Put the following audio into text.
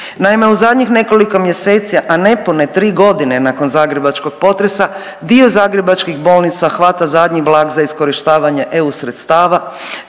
Naime u zadnjih nekoliko mjeseci, a nepune tri godine nakon zagrebačkog potresa dio zagrebačkih bolnica hvata zadnji vlak za iskorištavanje EU sredstava,